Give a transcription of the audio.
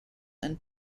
and